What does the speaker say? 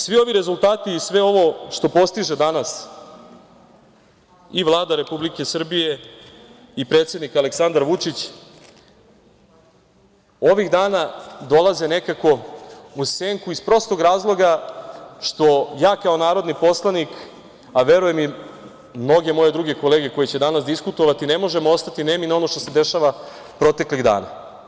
Svi ovi rezultati i sve ovo što postiže danas i Vlada Republike Srbije i predsednik Aleksandar Vučić ovih dana dolaze nekako u senku iz prostog razloga što ja kao narodni poslanik, a verujem i mnoge moje druge kolege koje će danas diskutovati, ne možemo ostati nemi na ono što se dešava proteklih dana.